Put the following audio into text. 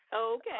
Okay